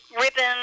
ribbon